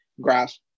grasp